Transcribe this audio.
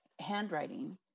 handwriting